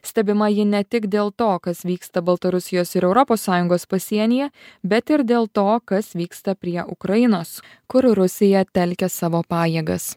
stebima ji ne tik dėl to kas vyksta baltarusijos ir europos sąjungos pasienyje bet ir dėl to kas vyksta prie ukrainos kur rusija telkia savo pajėgas